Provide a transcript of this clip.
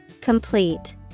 Complete